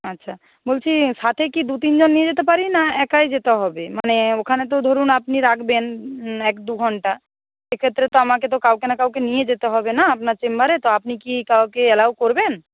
আচ্ছা বলছি সাথে কি দু তিনজন নিয়ে যেতে পারি না একাই যেতে হবে মানে ওখানে তো ধরুন আপনি রাখবেন এক দু ঘণ্টা সেক্ষেত্রে তো আমাকে তো কাউকে না কাউকে নিয়ে যেতে হবে না আপনার চেম্বারে তো আপনি কি কাউকে অ্যালাও করবেন